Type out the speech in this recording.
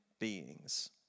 beings